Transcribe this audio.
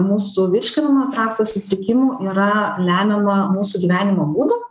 mūsų virškinimo trakto sutrikimų yra lemiama mūsų gyvenimo būdo